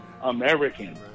American